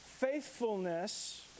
faithfulness